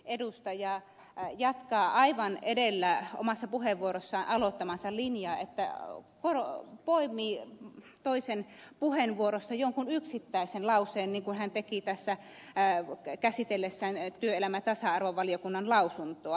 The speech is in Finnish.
edustaja jatkaa aivan edellä omassa puheenvuorossaan aloittamaansa linjaa että poimii toisen puheenvuorosta jonkin yksittäisen lauseen niin kuin hän teki tässä käsitellessään työelämä ja tasa arvovaliokunnan lausuntoa